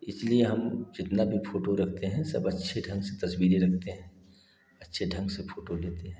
इसलिए हम जितनी भी फोटो रखते हैं सब अच्छे ढंग से तस्वीरें रखते हैं अच्छे ढंग से फोटो लेते हैं